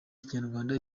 ikinyarwanda